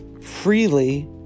freely